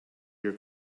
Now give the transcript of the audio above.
your